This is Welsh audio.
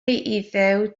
iddew